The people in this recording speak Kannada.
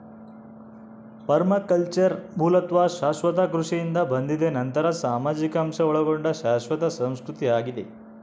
ಪರ್ಮಾಕಲ್ಚರ್ ಮೂಲತಃ ಶಾಶ್ವತ ಕೃಷಿಯಿಂದ ಬಂದಿದೆ ನಂತರ ಸಾಮಾಜಿಕ ಅಂಶ ಒಳಗೊಂಡ ಶಾಶ್ವತ ಸಂಸ್ಕೃತಿ ಆಗಿದೆ